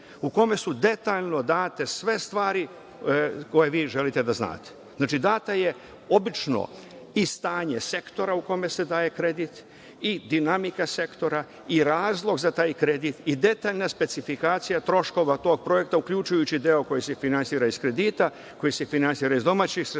u kome su detaljno date sve stvari koje vi želite da znate. Znači, dato je obično i stanje sektora u kome se daje kredit i dinamika sektora i razlog za taj kredit i detaljna specifikacija troškova tog projekta, uključujući deo koji se finansira iz kredita, koji se finansira iz domaćih sredstava